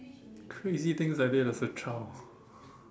crazy things that I did as a child